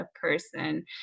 person